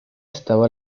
estaba